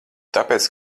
tāpēc